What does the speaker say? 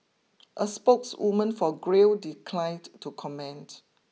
a spokeswoman for Grail declined to comment